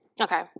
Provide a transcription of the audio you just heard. Okay